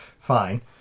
fine